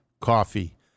coffee